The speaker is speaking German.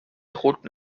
roten